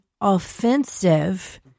offensive